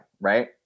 Right